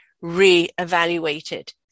re-evaluated